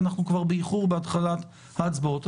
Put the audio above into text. ואנחנו כבר באיחור בהתחלת ההצבעות,